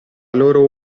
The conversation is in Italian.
loro